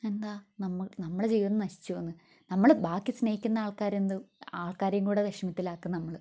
എന്താ നമ്മളെ ജീവിതം നശിച്ചു പോവുന്നു നമ്മൾ ബാക്കി സ്നേഹിക്കുന്ന ആൾക്കാരെ എന്തു ആൾക്കാരേയും കൂടി വിഷമത്തിലാക്കും നമ്മൾ